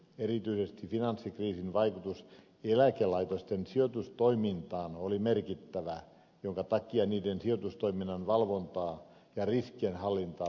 erityisesti finanssikriisin vaikutus eläkelaitosten sijoitustoimintaan oli merkittävä minkä takia niiden sijoitustoiminnan valvontaa ja riskienhallintaa pitää kehittää